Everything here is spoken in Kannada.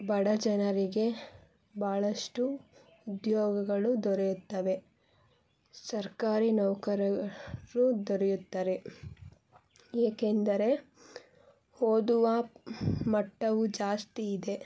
ಬಡ ಜನರಿಗೆ ಭಾಳಷ್ಟು ಉದ್ಯೋಗಗಳು ದೊರೆಯುತ್ತವೆ ಸರ್ಕಾರಿ ನೌಕರರು ದೊರೆಯುತ್ತರೆ ಏಕೆಂದರೆ ಓದುವ ಮಟ್ಟವು ಜಾಸ್ತಿ ಇದೆ